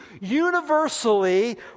universally